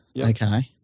Okay